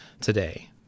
today